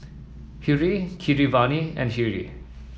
Hri Keeravani and Hri